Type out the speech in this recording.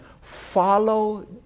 Follow